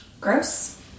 gross